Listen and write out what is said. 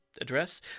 address